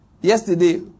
Yesterday